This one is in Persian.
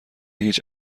هیچ